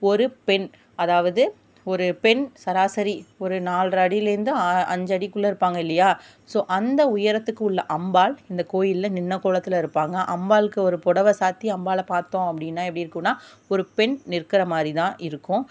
ஒரு பெண் அதாவது ஒரு பெண் சராசரி ஒரு நால்ரை அடியிலேர்ந்து அஞ்சு அடிக்குள்ளே இருப்பாங்க இல்லையா ஸோ அந்த உயரத்துக்கு உள்ள அம்பாள் இந்த கோயிலில் நின்ற கோலத்தில் இருப்பாங்க அம்பாள்க்கு ஒரு புடவ சாற்றி அம்பாளை பார்த்தோம் அப்படின்னா எப்படி இருக்குன்னா ஒரு பெண் நிற்கிற மாதிரிதான் இருக்கும்